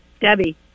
Debbie